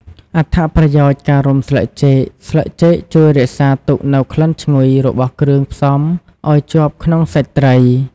អត្ថប្រយោជន៍ការរុំស្លឹកចេកស្លឹកចេកជួយរក្សាទុកនូវក្លិនឈ្ងុយរបស់គ្រឿងផ្សំឲ្យជាប់ក្នុងសាច់ត្រី។